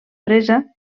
fresa